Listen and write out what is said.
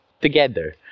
together